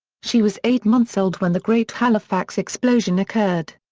she was eight months old when the great halifax explosion occurred.